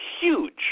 huge –